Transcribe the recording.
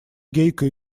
гейка